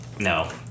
No